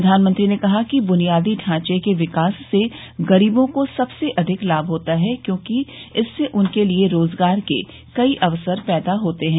प्रधानमंत्री ने कहा कि बुनियादी ढांचे के विकास से गरीबों को सबसे अधिक लाभ होता है क्योंकि इससे उनके लिए रोज़गार के कई अवसर पैदा होते है